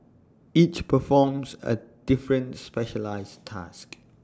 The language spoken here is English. each performs A different specialised task